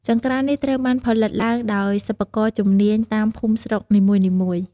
ចង្ក្រាននេះត្រូវបានផលិតឡើងដោយសិប្បករជំនាញតាមភូមិស្រុកនីមួយៗ។